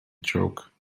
joke